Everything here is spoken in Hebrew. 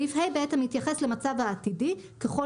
סעיף (ה) בעצם מתייחס למצב העתידי ככל